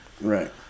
Right